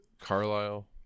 Carlisle